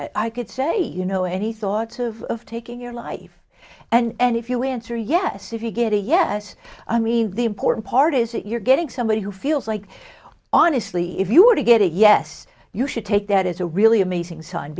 suicide i could say you know any thoughts of taking your life and if you answer yes if you get a yes i mean the important part is that you're getting somebody who feels like honestly if you were to get a yes you should take that as a really amazing sign